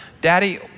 Daddy